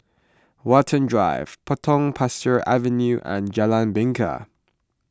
Watten Drive Potong Pasir Avenue and Jalan Bingka